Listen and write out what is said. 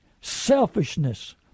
selfishness